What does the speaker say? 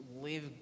live